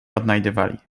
odnajdywali